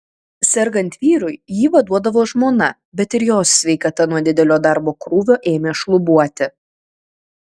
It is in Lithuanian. sergant vyrui jį vaduodavo žmona bet ir jos sveikata nuo didelio darbo krūvio ėmė šlubuoti